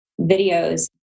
videos